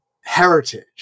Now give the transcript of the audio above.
heritage